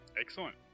Excellent